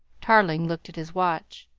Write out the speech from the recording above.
tarling looked at his watch.